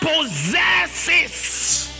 possesses